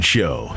Show